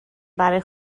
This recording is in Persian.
برای